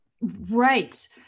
Right